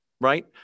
right